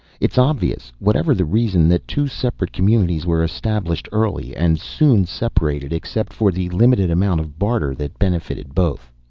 it's obvious, whatever the reason, that two separate communities were established early, and soon separated except for the limited amount of barter that benefited both.